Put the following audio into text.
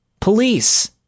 Police